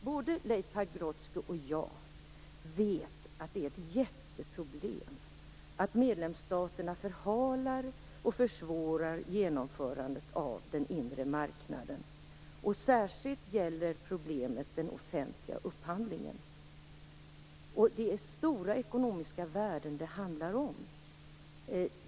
Både Leif Pagrotsky och jag vet att det är ett jätteproblem att medlemsstaterna förhalar och försvårar genomförandet av den inre marknaden. Särskilt gäller problemet den offentliga upphandlingen. Det är stora ekonomiska värden det handlar om.